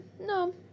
No